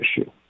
issue